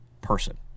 person